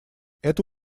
это